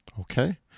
Okay